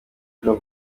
jong